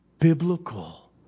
biblical